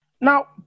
Now